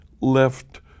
left